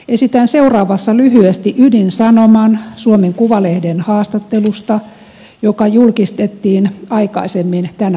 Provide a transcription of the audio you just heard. esitän seuraavassa lyhyesti ydinsanoman suomen kuvalehden haastattelusta joka julkistettiin aikaisemmin tänä vuonna